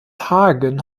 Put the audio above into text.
hagen